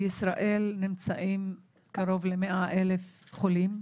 בישראל נמצאים קרוב ל-100 אלף חולים,